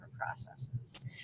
processes